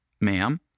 ma'am